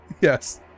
Yes